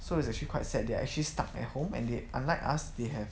so it's actually quite sad they are actually stuck at home and they unlike us they have